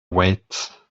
wait